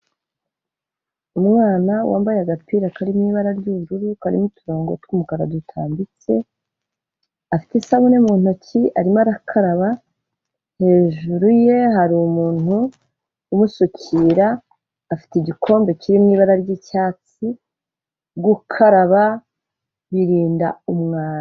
Umwana wambaye agapira kari mu ibara ry'ubururu karimo uturongo tw'umukara dutambitse, afite isabune mu ntoki arimo arakaraba, hejuru ye hari umuntu umusukira, afite igikombe kiri mu ibara ry'icyatsi, gukaraba birinda umwanda.